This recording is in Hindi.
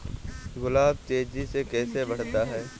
गुलाब तेजी से कैसे बढ़ता है?